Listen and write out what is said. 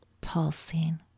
pulsing